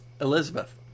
elizabeth